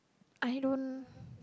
I don't